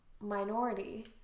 minority